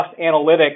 analytics